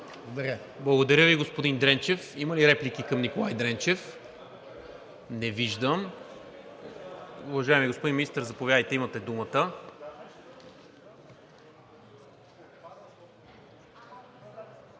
Благодаря Ви, господин Дренчев. Има ли реплики към Николай Дренчев? Не виждам. Уважаеми господин Министър, заповядайте, имате думата.